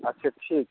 अच्छा ठीक